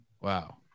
Wow